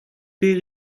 bet